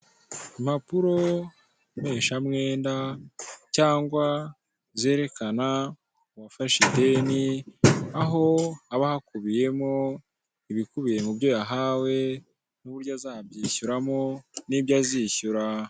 Impapuro mpeshamwenda cyangwa zerekana uwafashe ideni aho haba hakubiyemo ibikubiye mu byo yahawe n'uburyo azabyishyuramo n'ibyo azishyura.